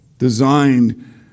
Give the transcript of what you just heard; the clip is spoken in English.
designed